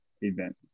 event